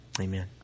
amen